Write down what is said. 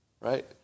right